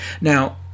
now